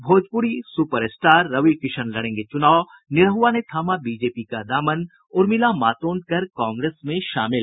Bhojpuri super star Ravi Kishan लड़ेंगे चुनाव निरहुआ ने थामा बीजेपी का दामन उर्मिला मातोंडकर कांग्रेस में शामिल